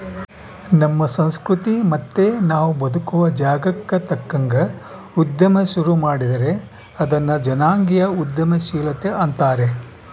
ನಮ್ಮ ಸಂಸ್ಕೃತಿ ಮತ್ತೆ ನಾವು ಬದುಕುವ ಜಾಗಕ್ಕ ತಕ್ಕಂಗ ಉದ್ಯಮ ಶುರು ಮಾಡಿದ್ರೆ ಅದನ್ನ ಜನಾಂಗೀಯ ಉದ್ಯಮಶೀಲತೆ ಅಂತಾರೆ